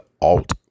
alt